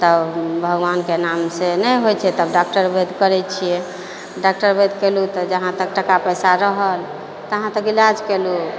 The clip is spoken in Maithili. तऽ भगवानके नामसँ नहि होइ छै तब डॉक्टर वैद्य करै छियै डॉक्टर वैद्य कयलहुँ तऽ जहाँ तक टाका पैसा रहल तहाँ तक इलाज केलहुँ